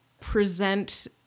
present